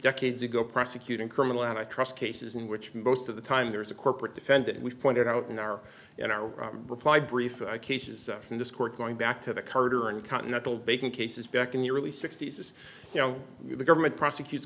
decades ago prosecuting criminal and i trust cases in which most of the time there is a corporate defendant we've pointed out in our in our reply brief cases in this court going back to the carter and continental bacon cases back in your early sixty's you know the government prosecut